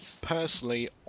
Personally